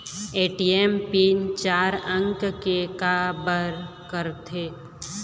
ATM pin चार अंक के का बर करथे?